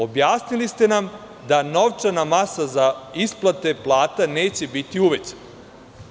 Objasnili ste nam da novčana masa za isplate plata neće biti uvećana.